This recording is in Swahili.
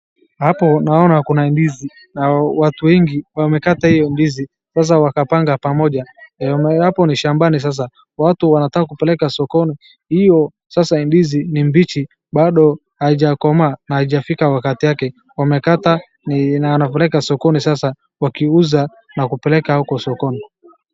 Hapo naona kuna ndizi, na watu wengi wamekata hiyo ndizi, sasa wakapanga pamoja. Hapo ni shambani sasa watu wanataka kupeleka sokoni, hiyo ndizi ni mbichi bado haijakomaa na haijafika wakati wake. Wamekata na wanapeleka sokoni sasa wakiuza na kupeleka huko sokoni.